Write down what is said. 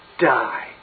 die